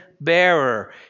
bearer